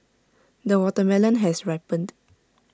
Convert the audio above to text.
the watermelon has ripened